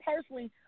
personally